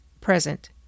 present